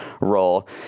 role